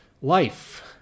life